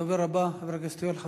הדובר הבא, חבר הכנסת יואל חסון.